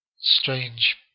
strange